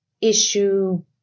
issue